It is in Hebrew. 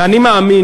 ואני מאמין,